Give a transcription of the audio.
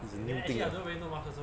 is a new thing ah